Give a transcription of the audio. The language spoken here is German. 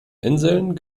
inseln